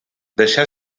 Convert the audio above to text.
deixà